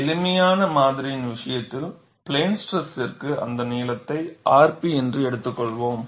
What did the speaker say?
எளிமையான மாதிரியின் விஷயத்தில் பிளேன் ஸ்ட்ரெஸ்ற்கு அந்த நீளத்தை rp என்று எடுத்துக்கொள்வோம்